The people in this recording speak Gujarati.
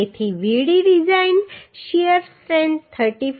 તેથી Vd ડિઝાઇન શીયર સ્ટ્રેન્થ 34